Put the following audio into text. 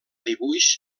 dibuix